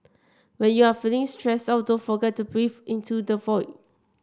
when you are feeling stressed out don't forget to breathe into the void